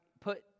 put